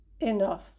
enough